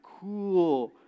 cool